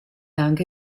anche